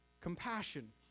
compassion